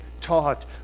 taught